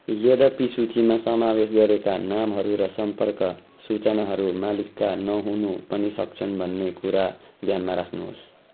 यदपि सूचीमा समावेश गरेका नामहरू र सम्पर्क सूचनाहरू मालिकका नहुनु पनि सक्छन् भन्ने कुरा ध्यानमा राख्नुहोस्